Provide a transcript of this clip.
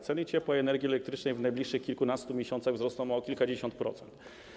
Ceny ciepła i energii elektrycznej w ciągu najbliższych kilkunastu miesięcy wzrosną o kilkadziesiąt procent.